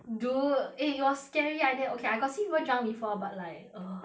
dude eh it was scary like that okay I got see people drunk before but like err